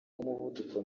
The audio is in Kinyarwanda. n’umuvuduko